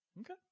Okay